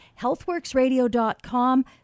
healthworksradio.com